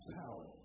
power